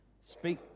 speak